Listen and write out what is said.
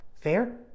Fair